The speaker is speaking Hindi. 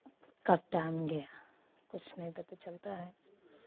कब टाइम गया कुछ नहीं पता चलता है